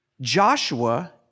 Joshua